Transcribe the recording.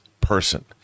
person